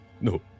No